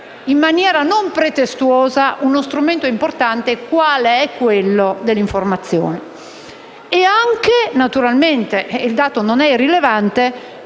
in maniera non pretestuosa uno strumento importante qual è quello dell'informazione; dall'altro, naturalmente (e il dato non è irrilevante)